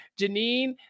Janine